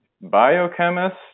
biochemist